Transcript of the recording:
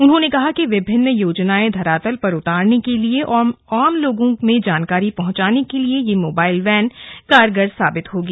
उन्होंने कहा कि विभिन्न योजनाएं धरातल पर उतारने के लिए और आम लोगों में जानकारी पहुंचाने के लिए यह मोबाइल वैन कारगर साबित होगी